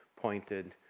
pointed